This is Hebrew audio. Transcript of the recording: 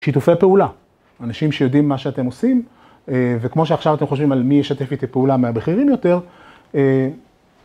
שיתופי פעולה. אנשים שיודעים מה שאתם עושים, וכמו שעכשיו אתם חושבים על מי ישתף איתי פעולה מהבכירים יותר.